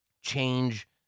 change